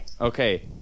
Okay